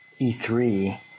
E3